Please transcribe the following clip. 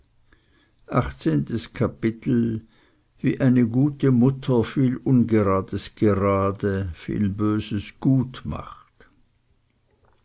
achtzehntes kapitel wie eine gute mutter viel ungerades gerade viel böses